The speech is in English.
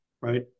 right